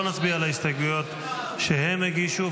לא נצביע על ההסתייגויות שהם הגישו.